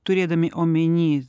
turėdami omeny